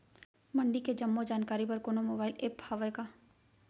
मंडी के जम्मो जानकारी बर कोनो मोबाइल ऐप्प हवय का?